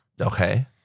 Okay